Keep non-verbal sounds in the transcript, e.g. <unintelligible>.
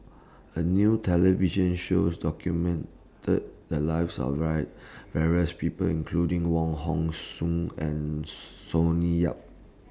A New television shows documented The Lives of <unintelligible> various People including Wong Hong Suen and Sonny Yap